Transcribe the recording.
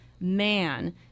man